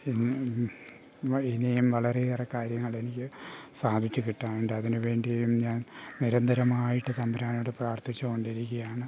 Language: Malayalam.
ഇനിയും വളരെ ഏറെ കാര്യങ്ങൾ എനിക്ക് സാധിച്ചു കിട്ടാനുണ്ട് അതിനുവേണ്ടിയും ഞാൻ നിരന്തരമായിട്ട് തമ്പുരാനോട് പ്രാർത്ഥിച്ചു കൊണ്ടിരിക്കുകയാണ്